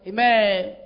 Amen